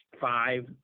five